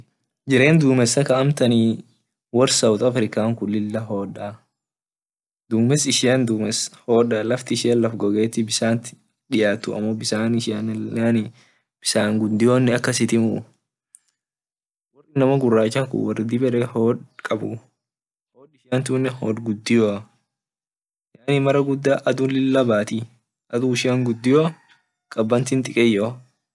Jiren dumesa ka amtan south africaa kan kun lila hoda dumes ishia dumes hodaa laft ishian laf bisan diyatu amo bisan ishian yaani bisan gudio akasitimuu inama gurachan kun wor di ede hod kabanuu hod tunne hod gudio amine mara guda adu lilan batii adu ishian gudio kabanti dikeyo.